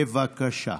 בבקשה.